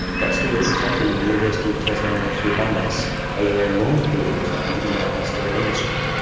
that's the work of tafi and the university of tasmania through imas over a long period of time, giving rise to that industry.